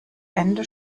ende